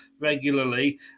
regularly